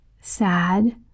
sad